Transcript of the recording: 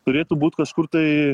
turėtų būt kažkur tai